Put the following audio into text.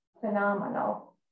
phenomenal